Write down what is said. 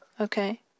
Okay